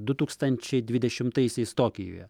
du tūkstančiai dvidešimtaisiais tokijuje